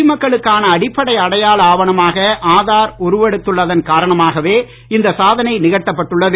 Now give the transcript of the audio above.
குடிமக்களுக்கான அடிப்படை அடையாள ஆவணமாக ஆதார் உருவெடுத்துள்ளதன் இந்த சாகனை நிகழ்த்தப்பட்டுள்ளது